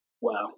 Wow